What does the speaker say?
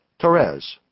Torres